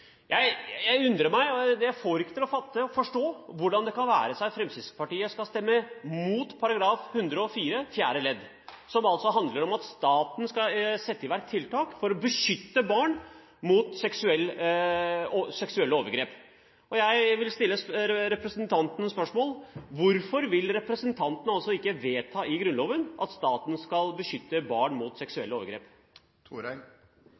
Jeg undrer meg over – jeg fatter og forstår ikke hvordan det kan ha seg at Fremskrittspartiet skal stemme mot § 104 fjerde ledd, som altså handler om at staten skal sette i verk tiltak for å beskytte barn mot seksuelle overgrep. Jeg vil stille representanten spørsmålet: Hvorfor vil ikke representanten vedta i Grunnloven at staten skal beskytte barn mot